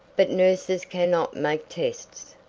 but nurses cannot make tests,